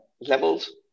levels